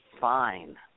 fine